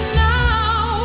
now